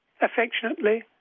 affectionately